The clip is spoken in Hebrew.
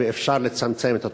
ואפשר לצמצם את התופעה.